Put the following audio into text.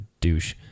douche